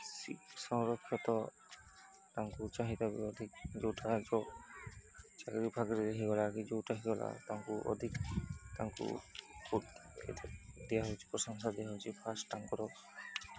ସଂରକ୍ଷତ ତାଙ୍କୁ ଚାହିଦା ବି ଅଧିକ ଯୋଉଟା ଚାକିରି ଫାକିରିରେ ହୋଇଗଲା କି ଯୋଉଟା ହୋଇଗଲା ତାଙ୍କୁ ଅଧିକ ତାଙ୍କୁ ଦିଆହେଉଛି ପ୍ରଶଂସା ଦିଆହେଉଛି ଫାଷ୍ଟ ତାଙ୍କର